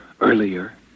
Earlier